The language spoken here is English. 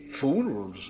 fools